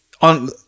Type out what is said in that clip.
on